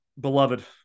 beloved